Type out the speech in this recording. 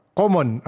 common